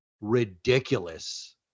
ridiculous